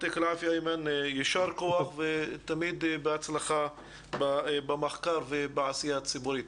יישר כוח ובהצלחה במחקר ובעשייה הציבורית.